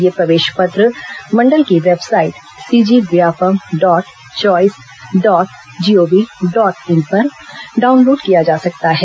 यह प्रवेश पत्र मंडल की website C G Vyapam dot choice dot G O V dot in पर डाउनलोड किया जा सकता है